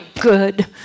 good